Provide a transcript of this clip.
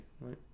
right